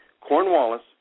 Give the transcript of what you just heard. Cornwallis